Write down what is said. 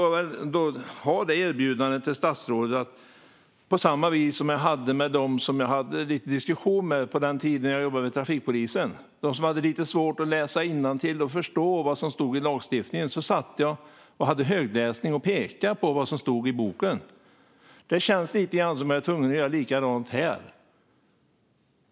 Jag får ge statsrådet samma erbjudande som jag gav en del personer som jag hade lite diskussioner med på den tiden som jag jobbade vid trafikpolisen, de personer som hade lite svårt att läsa innantill och förstå vad som stod i lagstiftningen. Jag hade högläsning och pekade på vad som stod i boken. Det känns lite grann som att jag är tvungen att göra likadant här.